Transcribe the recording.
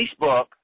Facebook